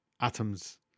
atoms